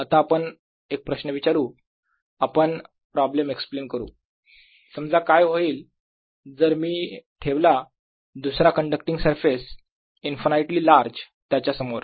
आता आपण एक प्रश्न विचारू आपण प्रॉब्लेम एक्सप्लेन करू समजा काय होईल जर मी ठेवला दुसरा कण्डक्टींग सरफेस इन्फायनाइटली लार्ज त्याच्या समोर